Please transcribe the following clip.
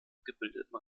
gebildeten